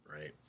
Right